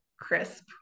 crisp